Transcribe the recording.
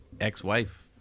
ex-wife